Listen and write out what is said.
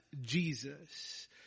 Jesus